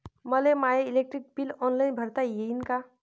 मले माय electric bill online भरता येईन का?